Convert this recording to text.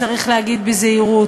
צריך להגיד בזהירות,